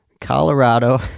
Colorado